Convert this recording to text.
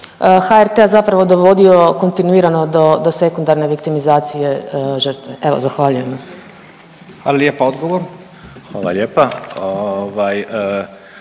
HRT-a zapravo dovodio kontinuirano do, do sekundarne viktimizacije žrtve. Evo, zahvaljujem. **Radin, Furio